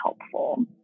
helpful